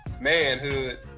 manhood